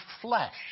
flesh